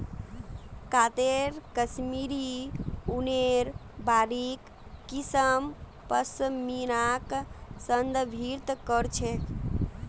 काते कश्मीरी ऊनेर बारीक किस्म पश्मीनाक संदर्भित कर छेक